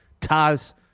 Taz